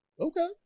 Okay